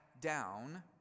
down